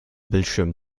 bildschirm